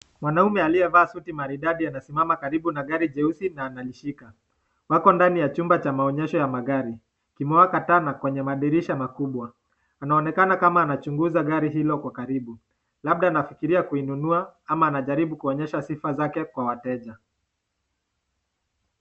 Mwanaume aliyevaa suti maridadi anasimama karibu na gari jeusi na anashika. Wako ndani ya chumba cha maonyesho ya magari kimewakata na kwenye madirisha makubwa. Anaonekana kama anachunguza gari hilo kwa karibu. Labda anafikiria kuinunua ama anajaribu kuonyesha sifa zake kwa wateja.